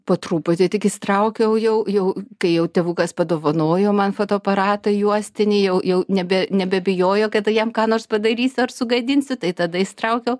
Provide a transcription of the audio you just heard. po truputį tik įsitraukiau jau jau kai jau tėvukas padovanojo man fotoaparatą juostinį jau jau nebe nebebijojo kad jam ką nors padarysiu ar sugadinsiu tai tada įsitraukiau